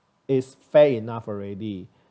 is fair enough already